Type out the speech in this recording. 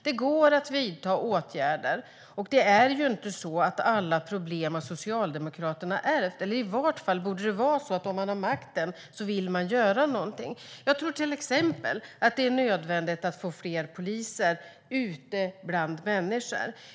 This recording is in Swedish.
Det går att vidta åtgärder, och det är ju inte så att Socialdemokraterna har ärvt alla problem. I vart fall borde det vara så att man om man har makten vill göra någonting. Jag tror till exempel att det är nödvändigt att få fler poliser ute bland människor.